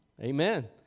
Amen